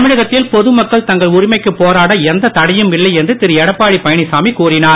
தமிழகத்தில் பொதுமக்கள் தங்கள் உரிமைக்கு போராட எந்த தடையும் இல்லை என்று திருஎடப்பாடி பழனிசாமி கூறினார்